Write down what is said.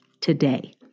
today